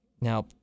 Now